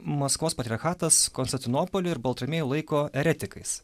maskvos patriarchatas konstantinopolį ir baltramiejų laiko eretikais